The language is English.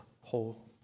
whole